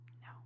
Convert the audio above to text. no